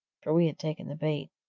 for we had taken the bait,